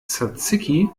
tsatsiki